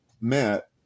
Matt